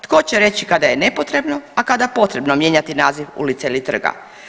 Tko će reći kada je nepotrebno, a kada potrebno mijenjati naziv ulice ili trga.